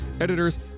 editors